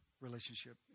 relationship